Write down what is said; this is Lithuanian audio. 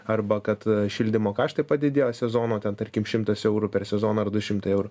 arba kad šildymo kaštai padidėjo sezono ten tarkim šimtas eurų per sezoną ar du šimtai eurų